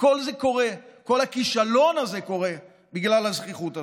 וכל הכישלון הזה קורה בגלל הזחיחות הזאת.